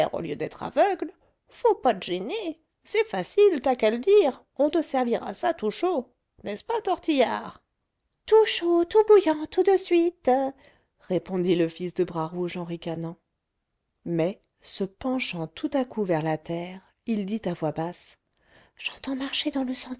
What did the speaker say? au lieu d'être aveugle faut pas te gêner c'est facile t'as qu'à le dire on te servira ça tout chaud n'est-ce pas tortillard tout chaud tout bouillant tout de suite répondit le fils de bras rouge en ricanant mais se penchant tout à coup vers la terre il dit à voix basse j'entends marcher dans le